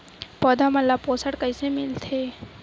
पौधा मन ला पोषण कइसे मिलथे?